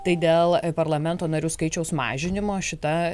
tai dėl parlamento narių skaičiaus mažinimo šita